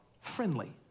friendly